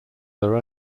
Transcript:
their